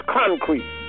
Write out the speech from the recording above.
concrete